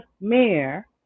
mayor